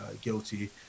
guilty